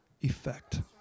effect